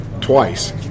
twice